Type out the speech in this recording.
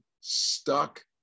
stuck